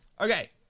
Okay